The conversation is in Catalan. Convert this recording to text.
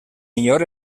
millor